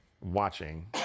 watching